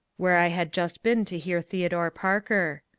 where i had just been to hear theodore parker.